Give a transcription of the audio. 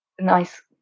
nice